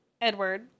Edward